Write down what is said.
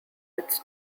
its